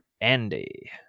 Andy